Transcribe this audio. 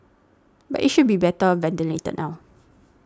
but it should be better ventilated now